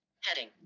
heading